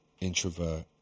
Introvert